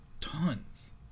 Tons